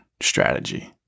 strategy